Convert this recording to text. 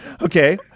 okay